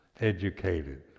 educated